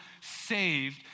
saved